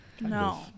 no